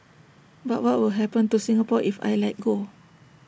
but what will happen to Singapore if I let go